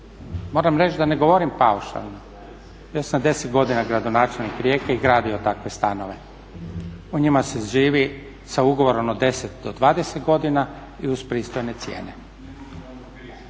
Moram reći da ne govorim paušalno, bio sam 10 godina gradonačelnik Rijeke i gradio takve stanove. U njima se živi sa ugovorom od 10 do 20 godina i uz pristojne cijene.